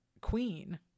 queen